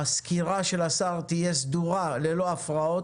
הסקירה של השר תהיה סדורה ללא הפרעות.